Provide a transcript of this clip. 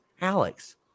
alex